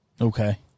Okay